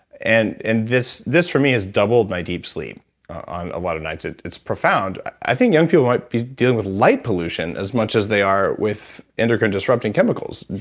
and and this this for me has doubled my deep sleep on a lot of nights ah it's profound. i think young people might be dealing with light pollution as much as they are with endocrine disrupting chemicals.